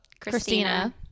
Christina